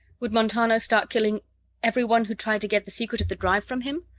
would montano start killing everyone who tried to get the secret of the drive from him?